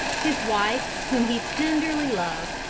his wife, whom he tenderly loved,